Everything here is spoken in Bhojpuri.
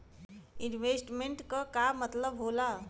इन्वेस्टमेंट क का मतलब हो ला?